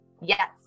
Yes